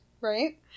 Right